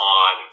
on